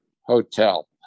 hotel